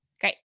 Great